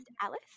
Alice